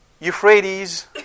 Euphrates